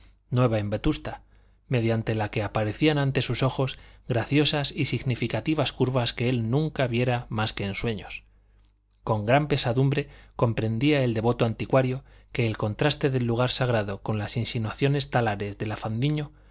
nueva en vetusta mediante la que aparecían ante sus ojos graciosas y significativas curvas que él nunca viera más que en sueños con gran pesadumbre comprendía el devoto anticuario que el contraste del lugar sagrado con las insinuaciones talares de la fandiño